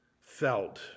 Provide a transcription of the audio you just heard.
felt